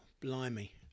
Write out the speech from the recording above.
blimey